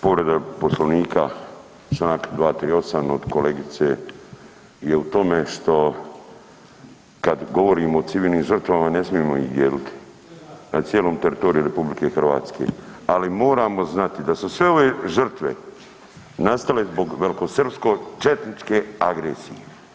Povreda Poslovnika čl. 238. od kolegice je u tome što kad govorimo o civilnim žrtvama ne smijemo ih dijeliti, na cijelom teritoriju RH, ali moramo znati da su sve ove žrtve nastale zbog velikosrpske četničke agresije.